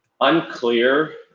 unclear